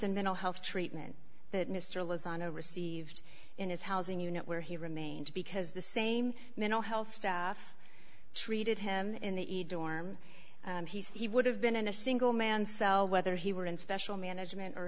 in mental health treatment that mr lozano received in his housing unit where he remained because the same mental health staff treated him in the dorm he said he would have been in a single man cell whether he were in special management or